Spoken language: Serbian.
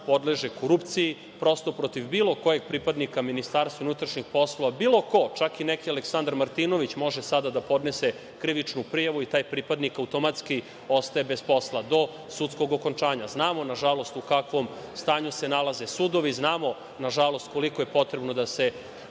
podleže korupciji, prosto protiv bilo kojeg pripadnika Ministarstva unutrašnjih poslova, bilo ko, čak i neki Aleksandar Martinović može sada da podnese krivičnu prijavu i taj pripadnik automatski ostaje bez posla do sudskog okončanja. Znamo u kakvom stanju se nalaze sudovi, znamo koliko je potrebno da se